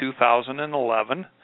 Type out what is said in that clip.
2011